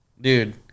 Dude